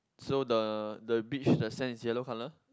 so the the beach the sand is yellow colour